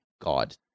god